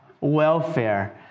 welfare